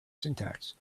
syntax